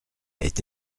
est